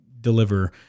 deliver